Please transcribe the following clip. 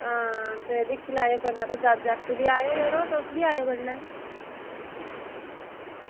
हां ते दिक्खी लैएओ कन्नै जागत आएओ यरो तुस बी आएओ कन्नै